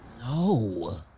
No